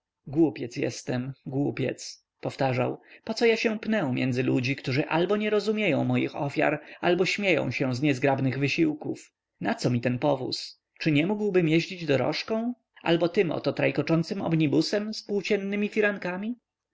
głupiec jestem głupiec powtarzał poco ja się pnę między ludzi którzy albo nie rozumieją moich ofiar albo śmieją się z niezgrabnych wysiłków naco mi ten powóz czy nie mógłbym jeździć dorożką albo tym oto trajkoczącym omnibusem z